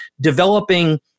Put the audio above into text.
developing